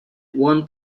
one